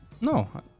No